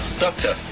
doctor